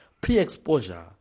pre-exposure